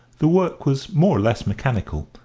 the work was more or less mechanical,